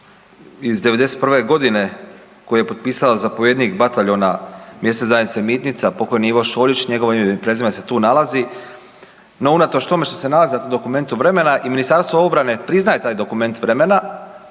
iz 91. godine koji je potpisao zapovjednika bataljona Mjesne zajednice Mitnica pokojni Ivo Šoljić, njegovo ime i prezime se tu nalazi, no unatoč tome što se nalazi na dokumentu vremena i Ministarstvo obrane priznaje taj dokument vremena